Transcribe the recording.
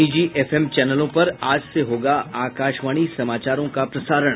निजी एफएम चैनलों पर आज से होगा आकाशवाणी समाचारों का प्रसारण